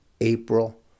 April